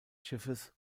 schiffes